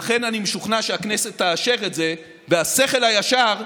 ולכן אני משוכנע שהכנסת תאשר את זה, והשכל הישר,